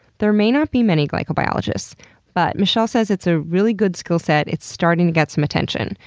there may not be many glycobiologists but michelle says it's a really good skill set, it's starting to get some attention.